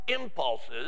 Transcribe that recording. impulses